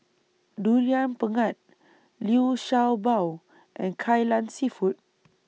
Durian Pengat Liu Sha Bao and Kai Lan Seafood